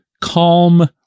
calm